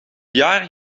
jaren